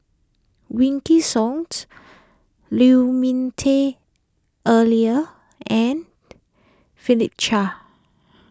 Wykidd Song Lu Ming Teh Earlier and Philip Chia